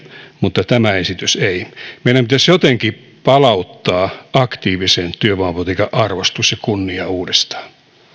mutta tämä esitys ei meidän pitäisi jotenkin palauttaa aktiivisen työvoimapolitiikan arvostus ja kunnia uudestaan